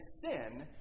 sin